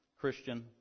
Christian